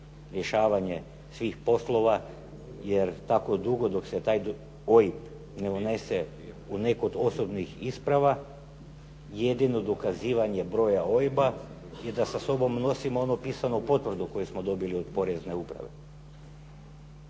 rješavanje svih poslova, jer tako dugo dok se taj OIB ne unese u neku od osobnih isprava, jedino dokazivanje broja OIB-a je da sa sobom nosim onu pisanu potvrdu koju smo dobili od Porezne uprave.